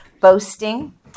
boasting